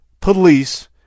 police